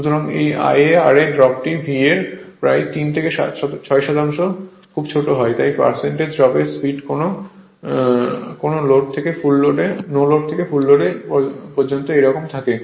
সুতরাং এই Ia ra ড্রপটি V এর প্রায় 3 থেকে 6 শতাংশ খুব ছোট তাই পার্সেন্টেজ ড্রপের এর স্পিড কোন লোড থেকে ফুল লোড পর্যন্ত একই ক্রমে থাকে